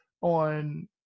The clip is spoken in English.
on